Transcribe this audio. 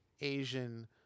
Asian